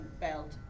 belt